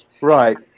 right